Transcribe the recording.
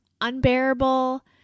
unbearable